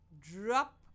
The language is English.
Drop